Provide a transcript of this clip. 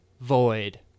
void